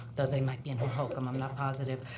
though they might be in hohokam. i'm not positive.